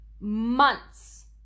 months